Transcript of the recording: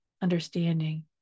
understanding